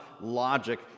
logic